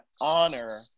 honor